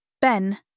Ben